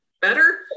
better